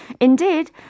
Indeed